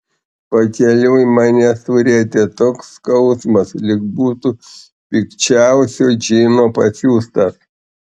pakeliui mane surietė toks skausmas lyg būtų pikčiausio džino pasiųstas